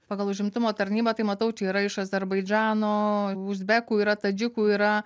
pagal užimtumo tarnybą tai matau čia yra iš azerbaidžano uzbekų yra tadžikų yra